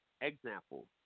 Example